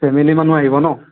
family মানুহ আহিব ন